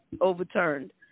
overturned